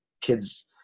kids